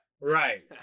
right